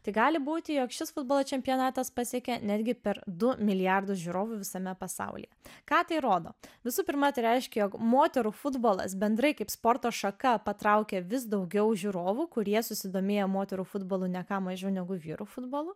tai gali būti jog šis futbolo čempionatas pasiekė netgi per du milijardus žiūrovų visame pasaulyje ką tai rodo visų pirma tai reiškia jog moterų futbolas bendrai kaip sporto šaka patraukia vis daugiau žiūrovų kurie susidomėję moterų futbolu ne ką mažiau negu vyrų futbolu